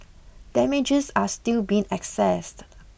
damages are still being accessed